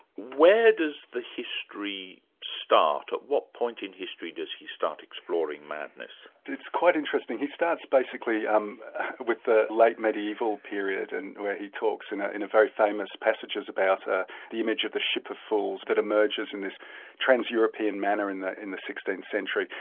where does the history start what point in history does he start exploring madness? it's quite interesting. he starts basically um with the late mediaeval period, and where he talks in ah in a very famous passage about ah the image of the ship of fools that emerges in this trans-european manner in the in the sixteenth century,